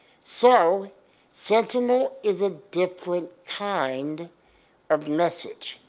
so sentinel is a different kind of message.